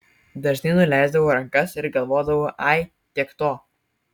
dažnai nuleisdavau rankas ir galvodavau ai tiek to